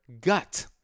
gut